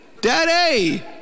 daddy